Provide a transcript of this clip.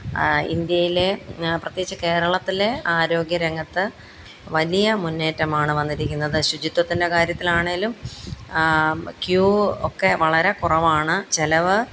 ഇന്ത്യയിലെ പ്രത്യേകിച്ച് കേരളത്തിലെ ആരോഗ്യരംഗത്ത് വലിയ മുന്നേറ്റമാണ് വന്നിരിക്കുന്നത് ശുചിത്വത്തിന്റെ കാര്യത്തിലാണെങ്കിലും ക്യു ഒക്കെ വളരെ കുറവാണ് ചിലവ്